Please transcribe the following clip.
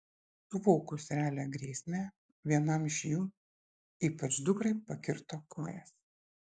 suvokus realią grėsmę vienam iš jų ypač dukrai pakirto kojas